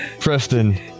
Preston